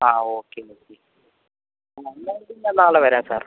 ആ okay okay എന്നാൽ പിന്നെ നാളെ വരാം സർ